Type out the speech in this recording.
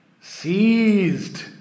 seized